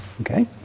Okay